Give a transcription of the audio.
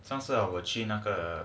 上次我去那个